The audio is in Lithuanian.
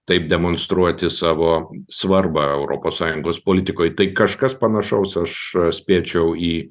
taip demonstruoti savo svarbą europos sąjungos politikoj tai kažkas panašaus aš spėčiau į